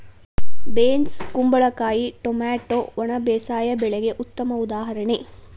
beans ಕುಂಬಳಕಾಯಿ tomato ಒಣ ಬೇಸಾಯ ಬೆಳೆಗೆ ಉತ್ತಮ ಉದಾಹರಣೆ